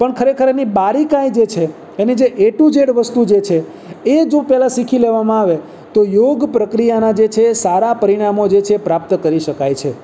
પણ ખરેખર એની બારીકાઇ જે છે એની જે એ ટુ જેડ વસ્તુ જે છે એ જો પહેલાં શીખી લેવામાં આવે તો યોગ પ્રક્રિયાનાં જે છે સારાં પરિણામો જે છે પ્રાપ્ત કરી શકાય છે